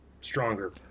stronger